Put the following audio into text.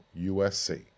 USC